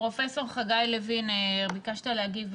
פרופ' חגי לוין, ביקשת להגיב.